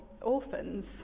orphans